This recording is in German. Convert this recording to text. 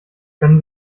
können